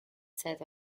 set